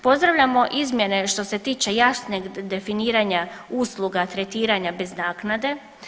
Pozdravljamo izmjene što se tiče jasnih definiranja usluga tretiranja bez naknade.